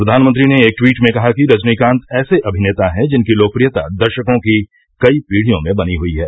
प्रधानमंत्री ने एक ट्वीट में कहा कि रजनीकांत ऐसे अभिनेता हैं जिनकी लोकप्रियता दर्शकों की कई पीढियों में बनी हुई है